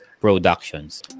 Productions